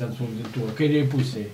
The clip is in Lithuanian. ten spausdintuvą kairėje pusėje